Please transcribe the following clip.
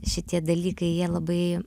šitie dalykai jie labai